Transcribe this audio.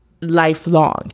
Lifelong